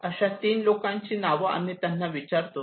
अशा तीन लोकांची नाव आम्ही त्यांना विचारतो